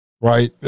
right